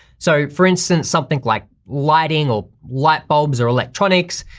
so for instance, something like lighting or light bulbs or electronics,